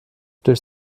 durch